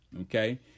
Okay